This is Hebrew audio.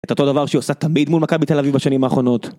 את אותו דבר שהיא עושה תמיד מול מכבי תל אביב בשנים האחרונות.